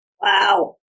Wow